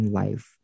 life